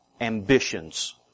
ambitions